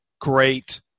great